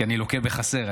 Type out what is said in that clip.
כי אני לוקה בחסר,